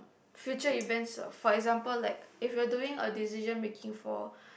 future events of for example like if you're doing a decision making for